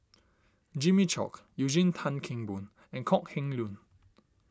Jimmy Chok Eugene Tan Kheng Boon and Kok Heng Leun